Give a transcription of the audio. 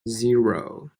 zero